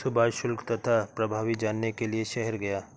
सुभाष शुल्क तथा प्रभावी जानने के लिए शहर गया